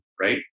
right